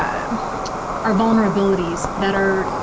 ah um our vulnerabilities that are.